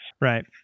Right